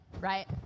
right